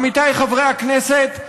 עמיתיי חברי הכנסת,